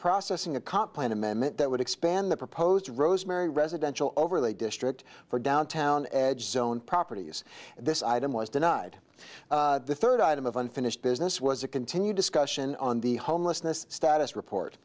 processing a comp plan amendment that would expand the proposed rosemary residential overlay district for downtown edge zone properties this item was denied the third item of unfinished business was a continued discussion on the homelessness status report